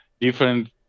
different